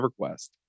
EverQuest